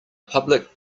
public